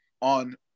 on